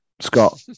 Scott